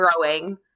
growing